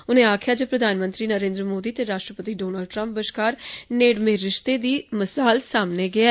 उने आक्खेआ जे प्रधानमंत्री नरेन्द्र मोदी ते राश्ट्रपति डोनाल्ड ट्रंप बश्कार नेड़मे रिश्ते दी मसाल सामने गै ऐ